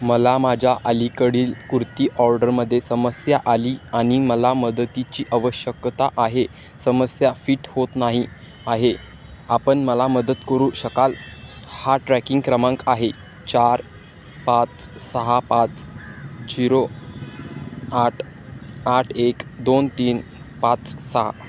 मला माझ्या अलीकडील कुर्ती ऑर्डरमध्ये समस्या आली आणि मला मदतीची आवश्यकता आहे समस्या फिट होत नाही आहे आपण मला मदत करू शकाल हा ट्रॅकिंग क्रमांक आहे चार पाच सहा पाच झिरो आठ आठ एक दोन तीन पाच सहा